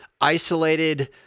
isolated